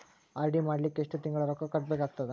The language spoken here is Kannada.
ಆರ್.ಡಿ ಮಾಡಲಿಕ್ಕ ಎಷ್ಟು ತಿಂಗಳ ರೊಕ್ಕ ಕಟ್ಟಬೇಕಾಗತದ?